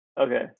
Okay